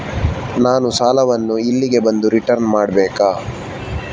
ನಾನು ಸಾಲವನ್ನು ಇಲ್ಲಿಗೆ ಬಂದು ರಿಟರ್ನ್ ಮಾಡ್ಬೇಕಾ?